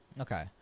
Okay